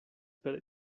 per